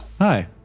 Hi